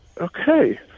okay